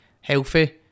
healthy